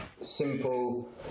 simple